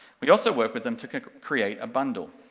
we also worked with them to create a bundle.